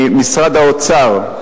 ממשרד האוצר,